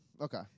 okay